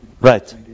Right